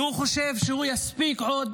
והוא חושב שהוא יספיק עוד